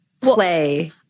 play